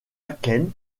akènes